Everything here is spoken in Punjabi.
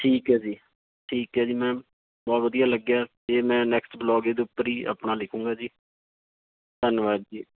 ਠੀਕ ਹੈ ਜੀ ਠੀਕ ਹੈ ਜੀ ਮੈਮ ਬਹੁਤ ਵਧੀਆ ਲੱਗਿਆ ਅਤੇ ਮੈਂ ਨੈਕਸਟ ਬਲੋਗ ਇਹਦੇ ਉੱਪਰ ਹੀ ਆਪਣਾ ਲਿਖੂੰਗਾ ਜੀ ਧੰਨਵਾਦ ਜੀ